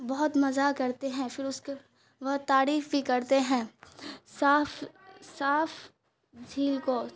بہت مزہ کرتے ہیں پھر اس کے بہت تعریف بھی کرتے ہیں صاف صاف جھیل کو